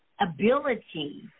Ability